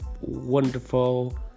wonderful